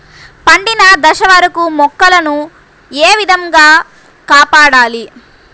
పండిన దశ వరకు మొక్కల ను ఏ విధంగా కాపాడాలి?